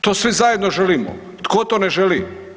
To svi zajedno želimo, tko to ne želi?